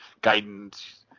guidance